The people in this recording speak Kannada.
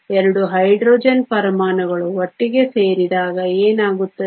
2 ಹೈಡ್ರೋಜನ್ ಪರಮಾಣುಗಳು ಒಟ್ಟಿಗೆ ಸೇರಿದಾಗ ಏನಾಗುತ್ತದೆ